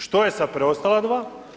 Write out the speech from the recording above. Što je sa preostala dva?